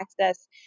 access